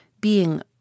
being